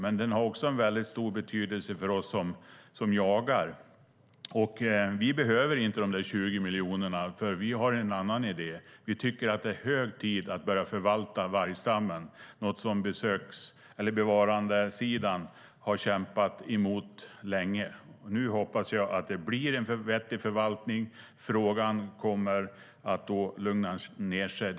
Men den har också en väldigt stor betydelse för oss som jagar. Vi behöver inte de 20 miljonerna. Vi har en annan idé. Vi tycker att det är hög tid att börja förvalta vargstammen, något som bevarandesidan har kämpat emot länge. Nu hoppas jag att det blir en vettig förvaltning. Frågan kommer att lugna ned sig.